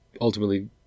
Ultimately